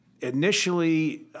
initially